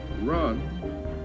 run